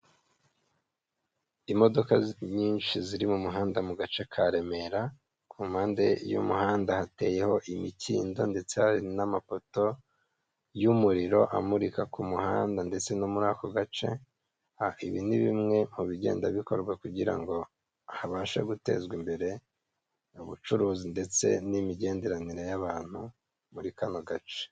Imodoka zi nyinshi ziri mu muhanda mu gace ka Remera, ku mpande y'umuhanda hateyeho imikindo ndetse hari n'amapoto y'umuriro amurika ku muhanda ndetse no muri ako gace, a ibi ni bimwe mu bigenda bikorwa kugira ngo habashe gutezwa imbere ubucuruzi ndetse n'imigenderanire y'abantu muri kano gace.